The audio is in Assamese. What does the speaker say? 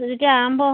আপেল হ'ব